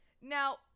Now